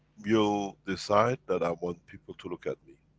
you decide, that i want people to look at me.